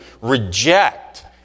reject